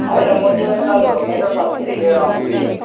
होइन म त्यो एकताल पेन्ट र सर्ट फेरि लिएर आउँछु कि